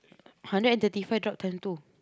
hundred and thirty five drop time two